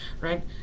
Right